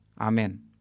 Amen